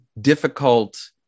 difficult